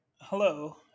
Hello